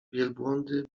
wielbłądy